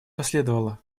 последовало